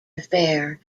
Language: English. affair